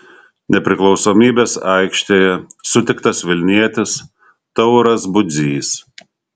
nepriklausomybės aikštėje sutiktas vilnietis tauras budzys